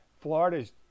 Florida's